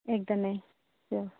एकदमै स्योर